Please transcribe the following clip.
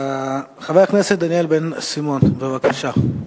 חבר הכנסת דניאל בן-סימון, בבקשה.